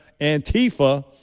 Antifa